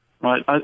Right